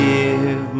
Give